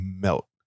melt